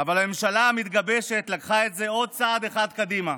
אבל הממשלה המתגבשת לקחה את זה עוד צעד אחד קדימה.